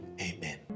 Amen